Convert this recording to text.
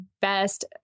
best